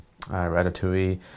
Ratatouille